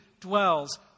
dwells